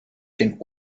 den